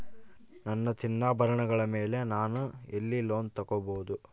ನನ್ನ ಚಿನ್ನಾಭರಣಗಳ ಮೇಲೆ ನಾನು ಎಲ್ಲಿ ಲೋನ್ ತೊಗೊಬಹುದು?